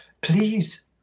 please